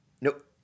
Nope